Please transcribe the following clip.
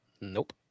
Nope